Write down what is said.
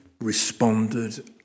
responded